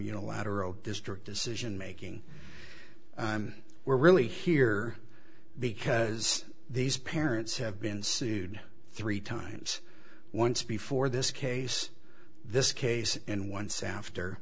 unilateral district decision making i'm we're really here because these parents have been sued three times once before this case this case and once after